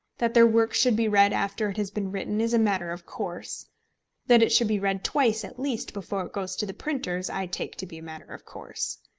that their work should be read after it has been written is a matter of course that it should be read twice at least before it goes to the printers, i take to be a matter of course.